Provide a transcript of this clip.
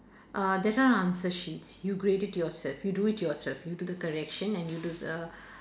uh there are answer sheets you grade it yourself you do it yourself you do the correction and you do the